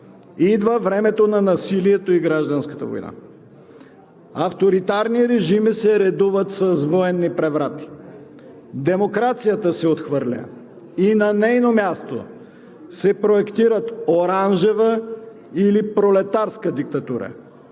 Идва времето на насилието и гражданската война. Авторитарни режими се редуват с военни преврати. Демокрацията се отхвърля и на нейно място се проектират „оранжева“ или „пролетарска“ диктатура,